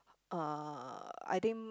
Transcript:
uh I think